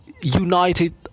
United